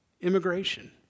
immigration